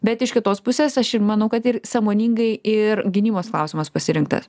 bet iš kitos pusės aš manau kad ir sąmoningai ir gynybos klausimas pasirinktas